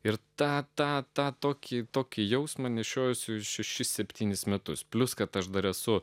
ir tą tą tą tokį tokį jausmą nešiojuosi šešis septynis metus plius kad aš dar esu